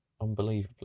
unbelievably